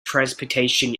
transportation